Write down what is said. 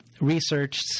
researched